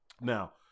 Now